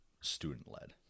student-led